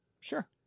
sure